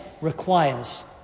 requires